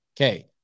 Okay